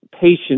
patient